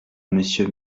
monsieur